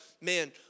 man